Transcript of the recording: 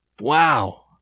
Wow